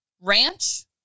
ranch